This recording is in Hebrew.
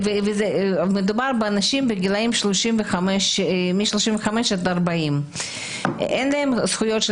ומדובר באנשים בגילאים מ-35 עד 40. אין להם זכויות של